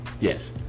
Yes